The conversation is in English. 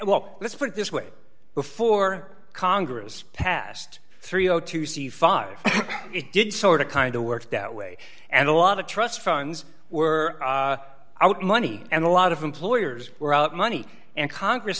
well let's put it this way before congress passed three o two c five it did sort of kind of work that way and a lot of trust funds were out money and a lot of employers were out money and congress